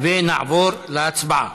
ונעבור להצבעה,